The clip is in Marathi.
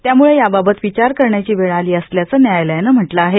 त्यामुळं यावावत विचार करण्याची वेळ आली असल्याचं न्यायालयानं म्हटलं आहे